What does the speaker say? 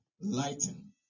lighten